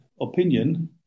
opinion